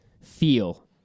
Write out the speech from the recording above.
feel